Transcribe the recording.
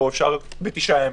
9 ימים,